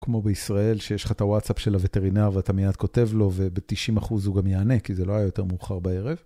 כמו בישראל, שיש לך את הוואטסאפ של הווטרינר ואתה מיד כותב לו, וב-90% הוא גם יענה, כי זה לא היה יותר מאוחר בערב.